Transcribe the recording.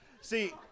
See